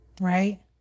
right